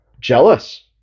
jealous